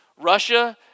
Russia